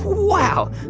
wow.